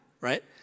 right